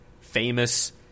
Famous